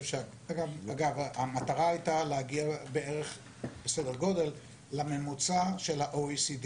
המטרה הייתה להגיע לממוצע של ה-OECD